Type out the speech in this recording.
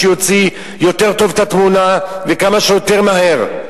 יוציא יותר טוב את התמונה וכמה שיותר מהר.